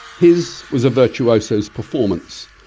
his was a virtuoso's performance,